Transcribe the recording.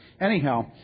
Anyhow